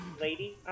Lady